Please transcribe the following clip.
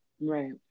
Right